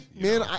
man